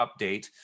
update